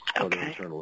okay